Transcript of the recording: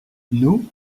nous